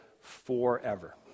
forever